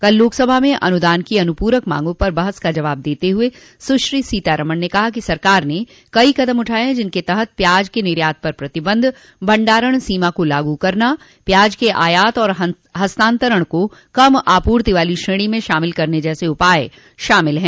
कल लोकसभा में अनुदान की अनुपूरक मांगों पर बहस का जवाब देते हुए सुश्री सीतारमन ने कहा कि सरकार ने कई कदम उठाए हैं जिनके तहत प्याज के निर्यात पर प्रतिबंध भंडारण सीमा को लागू करना प्याज के आयात और हस्तांतरण को कम आपूर्ति वाली श्रेणी में शामिल करने जैसे उपाय शामिल हैं